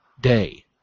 day